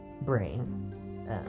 brain